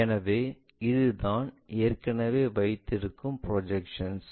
எனவே இதுதான் ஏற்கனவே வைத்திருக்கும் ப்ரொஜெக்ஷன்ஸ்